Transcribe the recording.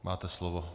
Máte slovo.